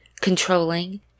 controlling